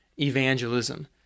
evangelism